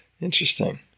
Interesting